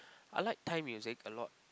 I like Thai music a lot